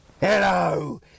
Hello